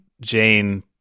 Jane